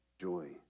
joy